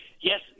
yes